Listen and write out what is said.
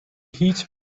هیچ